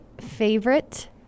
favorite